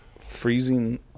freezing